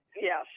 Yes